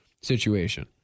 situation